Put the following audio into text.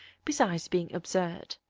besides being absurd.